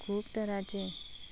खूब तरांचे